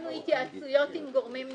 קיימנו התייעצויות גם גורמים נוספים,